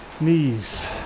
knees